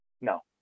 No